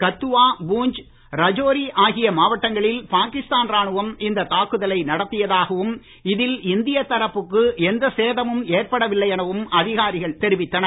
கத்துவா பூஞ்ச் ரஜோரி ஆகிய மாவட்டங்களில் பாகிஸ்தான் ராணுவம் இந்த தாக்குதலை நடத்தியதாகவும் இதில் இந்திய தரப்புக்கு எந்த சேதமும் ஏற்படவில்லை எனவும் அதிகாரிகள் தெரிவித்தனர்